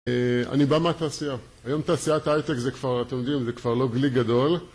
אני בא מהתעשייה. היום תעשיית הייטק זה כבר, אתם יודעים, זה כבר לא גליק גדול.